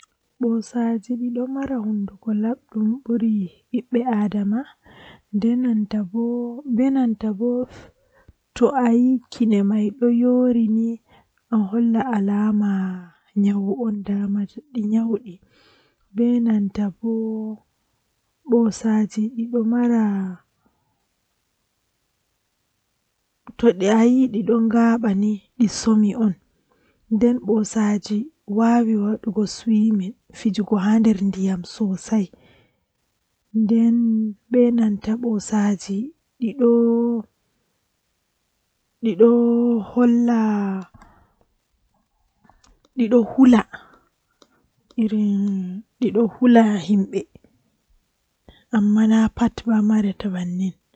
Mi wiyan mo o wallina hakkilo maako kuugal na bedon heba dum be law ngamman o deita o wallina hakkilo maako be hakkilo o waran o heba kuugal bako o heba manbo to odon mari ceede sedda haa juude maako ndikka ofudda wailitukki ofudda sana'a ofudda wadugo be hakkilo hakkilo wawan kanjumma wara burinamo kuugal man